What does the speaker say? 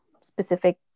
specific